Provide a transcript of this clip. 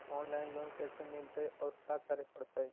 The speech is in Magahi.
औनलाइन लोन कैसे मिलतै औ का करे पड़तै?